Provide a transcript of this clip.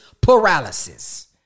paralysis